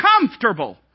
comfortable